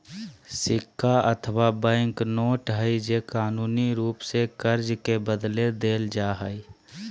सिक्का अथवा bank note हइ जे कानूनी रूप से कर्ज के बदले देल जा हइ